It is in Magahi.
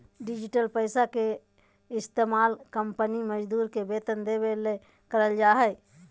डिजिटल पैसा के इस्तमाल कंपनी मजदूर के वेतन देबे ले करल जा हइ